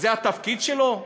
זה התפקיד שלו?